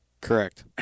Correct